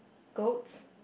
goats